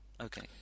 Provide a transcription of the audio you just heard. Okay